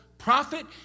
prophet